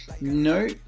No